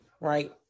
right